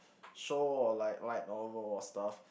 show or like like novel or stuff